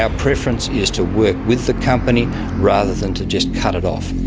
ah preference is to work with the company rather than to just cut it off.